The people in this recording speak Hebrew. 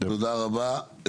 תודה רבה,